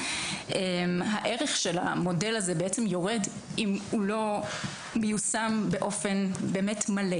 הערך של המודל הזה יורד אם הוא לא מיושם באופן מלא,